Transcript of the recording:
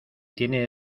tiene